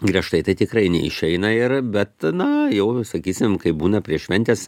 griežtai tai tikrai neišeina ir bet na jau sakysim kaip būna prieš šventes